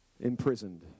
imprisoned